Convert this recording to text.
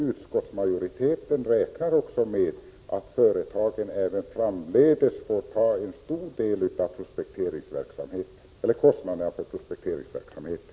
Utskottsmajoriteten räknar också med att företagen även framdeles får ta en stor del av kostnaderna för prospekteringsverksamheten.